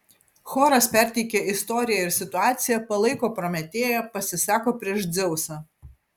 choras perteikia istoriją ir situaciją palaiko prometėją pasisako prieš dzeusą